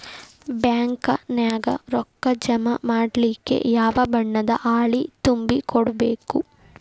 Bank ನ್ಯಾಗ ರೊಕ್ಕಾ ಜಮಾ ಮಾಡ್ಲಿಕ್ಕೆ ಯಾವ ಬಣ್ಣದ್ದ ಹಾಳಿ ತುಂಬಿ ಕೊಡ್ಬೇಕು?